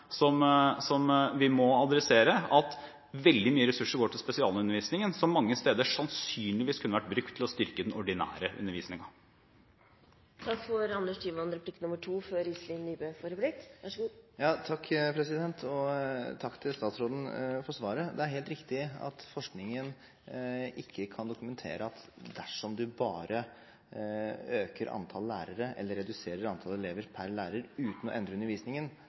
problem som vi må adressere, at veldig mye ressurser går til spesialundervisningen som mange steder sannsynligvis kunne vært brukt til å styrke den ordinære undervisningen. Takk til statsråden for svaret. Det er helt riktig at forskningen ikke kan dokumentere at det vil ha noen effekt dersom man bare øker antall lærere eller reduserer antall elever per lærer uten å endre undervisningen.